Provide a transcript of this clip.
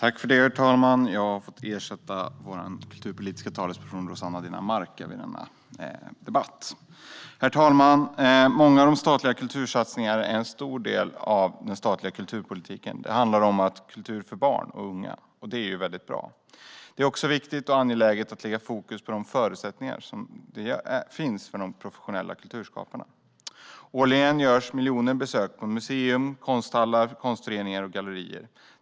Herr talman! Jag har fått ersätta vår kulturpolitiska talesman Rossana Dinamarca i denna debatt. Herr talman! Många statliga kultursatsningar och en stor del av den statliga kulturpolitiken handlar om kultur för barn och unga. Det är väldigt bra. Men det är också viktigt och angeläget att sätta fokus på de förutsättningar som finns för de professionella kulturskaparna. Årligen görs miljontals besök på museer, konsthallar, konstföreningar och gallerier.